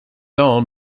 owned